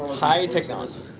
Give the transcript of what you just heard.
high technology!